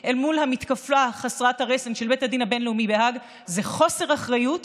עם המתקפה חסרת הרסן של בית הדין הבין-לאומי בהאג זה חוסר אחריות.